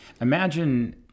Imagine